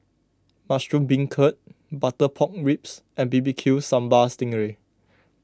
Mushroom Beancurd Butter Pork Ribs and B B Q Sambal Sting Ray